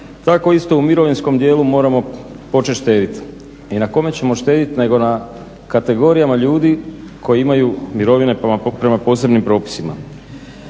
tako isto u mirovinskom dijelu moramo početi štedjeti. I na kome ćemo štedjeti nego na kategorijama ljudi koji imaju mirovine prema posebnim propisima.